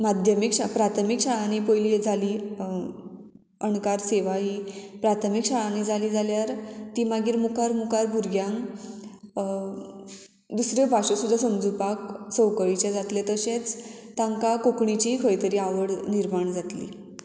माध्यमीक प्राथमीक शाळांनी पयली जाली अणकार सेवा ही प्राथमीक शाळांनी जाली जाल्यार ती मागीर मुखार मुखार भुरग्यांक दुसऱ्यो भाश्यो सुद्दां समजुपाक संवकळीचें जातलें तशेंच तांकां कोंकणीची खंय तरी आवड निर्माण जातली